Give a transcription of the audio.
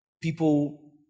people